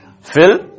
Fill